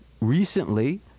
Recently